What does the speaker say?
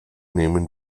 nehmen